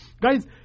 Guys